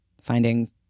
finding